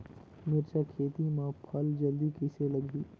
मिरचा खेती मां फल जल्दी कइसे लगही?